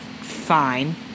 fine